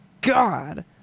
God